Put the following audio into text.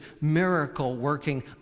miracle-working